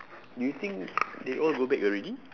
do you think they all go back already